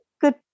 good